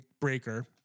breaker